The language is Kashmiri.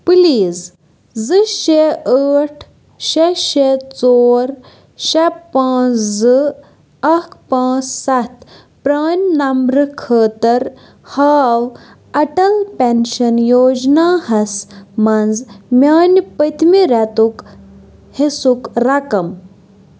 پٕلیٖز زٕ شےٚ ٲٹھ شےٚ شےٚ ژور شےٚ پانٛژھ زٕ اَکھ پانٛژھ سَتھ پرٛانہِ نمبرٕ خٲطٕر ہاو اَٹَل پٮ۪نشَن یوجناہَس منٛزٕ میٛانہِ پٔتۍمہِ رٮ۪تُک حِصُک رقم